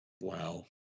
Wow